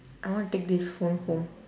I want take this phone home